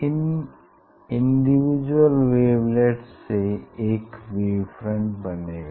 इन individual wavelets से एक wave front बनेगा